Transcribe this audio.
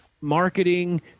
marketing